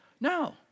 No